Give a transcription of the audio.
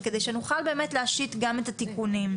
וכדי שנוכל באמת להשית גם את התיקונים.